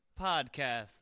podcast